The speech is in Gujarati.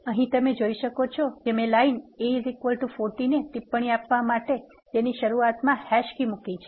અહી તમે જોઇ શકો છો કે મે લાઇન a14 ને ટિપ્પણી આપવા માટે તેની શરૂઆતમાં હેશ કી મુકી છે